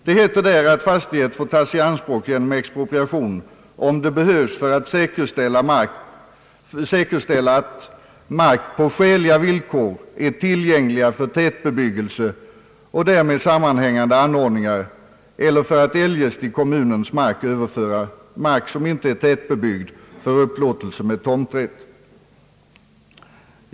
Det heter där att fastighet får tas i anspråk genom expropriation, om det behövs för att säkerställa att mark på skäliga villkor är tillgänglig för tätbebyggelse och därmed sammanhängande anordningar eller för att eljest i kommuns ägo överföra mark som inte är tätbebyggd för upplåtelse med tomträtt.